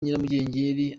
nyiramugengeri